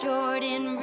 Jordan